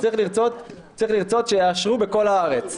צריך לרצות שיאשרו בכל הארץ,